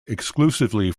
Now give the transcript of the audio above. exclusively